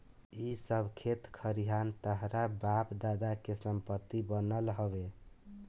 इ सब खेत खरिहान तोहरा बाप दादा के संपत्ति बनाल हवे